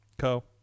Co